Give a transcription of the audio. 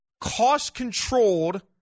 cost-controlled